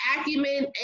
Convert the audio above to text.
acumen